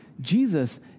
Jesus